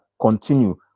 continue